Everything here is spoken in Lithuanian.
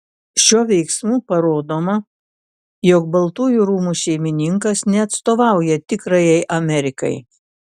šiuo veiksmu parodoma jog baltųjų rūmų šeimininkas neatstovauja tikrajai amerikai